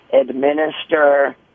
administer